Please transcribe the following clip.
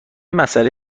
مساله